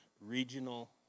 regional